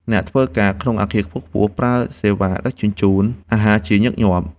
អ្នកធ្វើការក្នុងអគារខ្ពស់ៗ ប្រើប្រាស់សេវាដឹកជញ្ជូនអាហារជាញឹកញាប់។